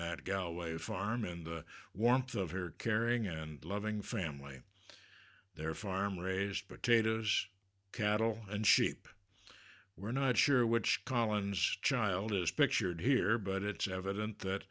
that galloway farm in the warmth of her caring and loving family they're farm raised potatoes cattle and sheep we're not sure which collins child is pictured here but it's evident that